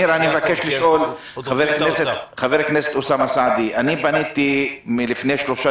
אני מבקש לשאול: אני פניתי לפני שלושה